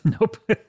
Nope